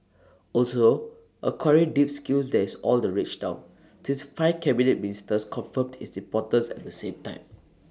also acquiring deep skills there's all the rage down since five Cabinet Ministers confirmed its importance at the same time